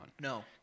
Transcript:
No